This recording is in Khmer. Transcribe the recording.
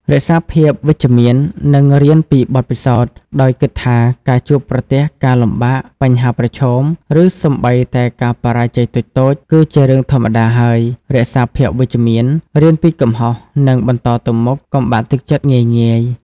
រក្សាភាពវិជ្ជមាន និងរៀនពីបទពិសោធន៍ ដោយគិតថាការជួបប្រទះការលំបាក បញ្ហាប្រឈម ឬសូម្បីតែការបរាជ័យតូចៗ គឺជារឿងធម្មតាហើយ រក្សាភាពវិជ្ជមាន រៀនពីកំហុស និងបន្តទៅមុខ។ កុំបាក់ទឹកចិត្តងាយៗ។